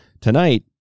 tonight